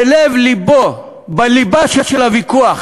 בלב לבו, בליבה של הוויכוח